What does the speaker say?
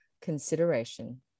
consideration